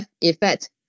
effect